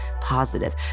positive